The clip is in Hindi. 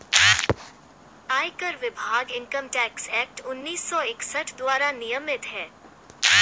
आयकर विभाग इनकम टैक्स एक्ट उन्नीस सौ इकसठ द्वारा नियमित है